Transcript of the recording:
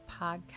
Podcast